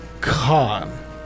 Khan